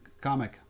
Comic